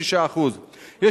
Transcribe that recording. שבסך הכול נותנים הנחה של 36%. יש